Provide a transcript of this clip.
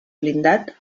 blindat